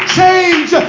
change